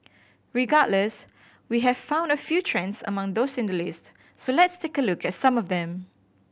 regardless we have found a few trends among those in the list so let's take a look at some of them